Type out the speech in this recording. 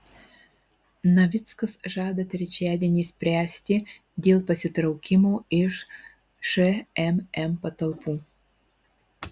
navickas žada trečiadienį spręsti dėl pasitraukimo iš šmm patalpų